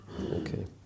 Okay